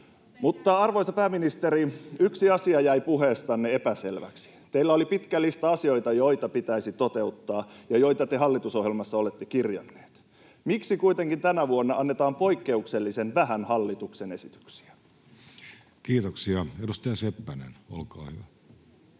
Mutta, arvoisa pääministeri, yksi asia jäi puheestanne epäselväksi. Teillä oli pitkä lista asioita, joita pitäisi toteuttaa ja joita te hallitusohjelmassa olette kirjanneet. Miksi kuitenkin tänä vuonna annetaan poikkeuksellisen vähän hallituksen esityksiä? Kiitoksia. — Edustaja Seppänen, olkaa hyvä.